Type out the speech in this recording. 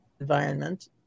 environment